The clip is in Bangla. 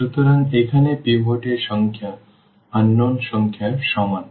সুতরাং এখানে পিভট এর সংখ্যা অজানা সংখ্যার সমান